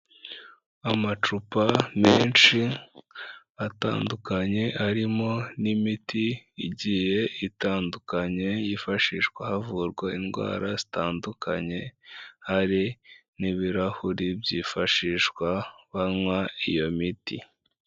Amacupa menshi atandukanye arimo n'imiti igiye itandukanye, yifashishwa havurwa indwara zitandukanye hari n'ibirahuri byifashishwa banywa iyo miti.